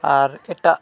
ᱟᱨ ᱮᱴᱟᱜ